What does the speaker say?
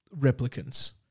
replicants